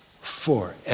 forever